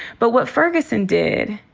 but what ferguson did,